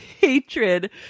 Hatred